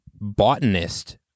botanist